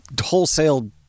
wholesale